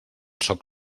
sóc